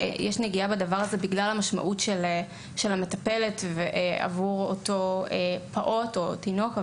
בגלל המשמעות של המטפלת עבור אותו פעוט או תינוק.